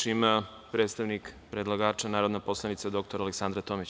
Reč ima predstavnik predlagača, narodna poslanica dr Aleksandra Tomić.